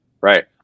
right